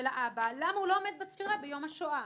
האבא למה הוא לא עומד בצפירה ביום השואה.